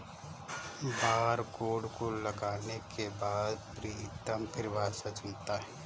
barcode को लगाने के बाद प्रीतम फिर भाषा चुनता है